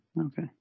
okay